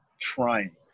trying